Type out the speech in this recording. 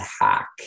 hack